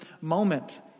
moment